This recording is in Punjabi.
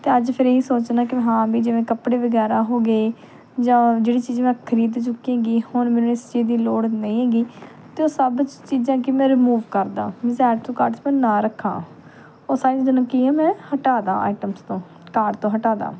ਅਤੇ ਅੱਜ ਫਿਰ ਇਹੀ ਸੋਚਣਾ ਕਿ ਹਾਂ ਵੀ ਜਿਵੇਂ ਕੱਪੜੇ ਵਗੈਰਾ ਹੋ ਗਏ ਜਾਂ ਜਿਹੜੀ ਚੀਜ਼ ਮੈਂ ਖਰੀਦ ਚੁੱਕੀ ਹੈਗੀ ਹੁਣ ਮੈਨੂੰ ਉਸ ਚੀਜ਼ ਦੀ ਲੋੜ ਨਹੀਂ ਹੈਗੀ ਅਤੇ ਉਹ ਸਭ ਚੀਜ਼ਾਂ ਕਿ ਮੈਂ ਰਿਮੂਵ ਕਰ ਦਾਂ ਮੀਨਸ ਐਡ ਟੂ ਕਾਰਟ 'ਚ ਮੈਂ ਨਾ ਰੱਖਾਂ ਉਹ ਸਾਰੀ ਚੀਜ਼ਾਂ ਨੂੰ ਕੀ ਆ ਮੈਂ ਹਟਾ ਦਾਂ ਆਈਟਮਸ ਤੋਂ ਕਾਰਟ ਤੋਂ ਹਟਾ ਦਾਂ